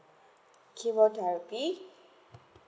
chemoteraphy